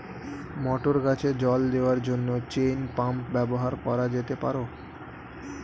মটর গাছে জল দেওয়ার জন্য চেইন পাম্প ব্যবহার করা যেতে পার?